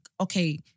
okay